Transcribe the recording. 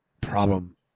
problem